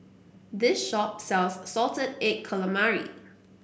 this shop sells Salted Egg Calamari